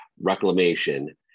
Reclamation